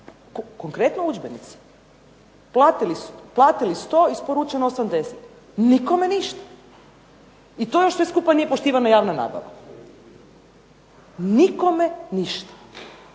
Konkretno udžbenici. Platili 100, isporučeno 80. Nikome ništa. I to još sve skupa nije poštivana javna nabava. Nikome ništa.